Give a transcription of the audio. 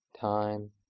time